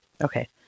Okay